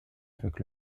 avec